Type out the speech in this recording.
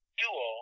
duo